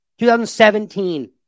2017